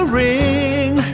ring